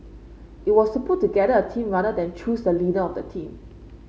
it was to put together a team rather than choose the leader of the team